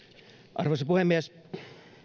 arvoisa puhemies